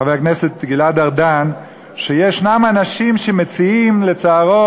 חבר הכנסת גלעד ארדן שישנם אנשים שמציעים לצערו